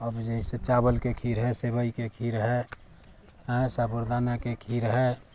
अब जैसे चावलके खीर हइ सेबइके खीर हइ आंय साबुरदानाके खीर हइ